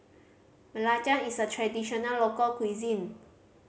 belacan is a traditional local cuisine